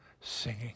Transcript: singing